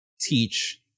teach